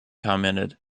commented